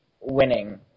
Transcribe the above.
winning